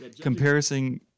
comparison